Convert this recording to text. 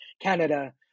Canada